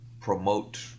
promote